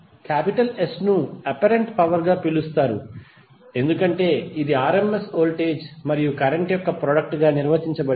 S ను apparent power గా పిలుస్తారు ఎందుకంటే ఇది rms వోల్టేజ్ మరియు కరెంట్ యొక్క ప్రొడక్ట్ గా నిర్వచించబడింది